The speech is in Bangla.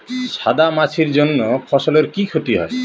সাদা মাছির জন্য ফসলের কি ক্ষতি হয়?